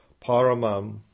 Paramam